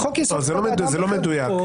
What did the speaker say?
גור, זה לא מדויק.